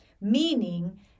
meaning